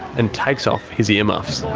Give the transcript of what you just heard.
and takes off his ear muffs.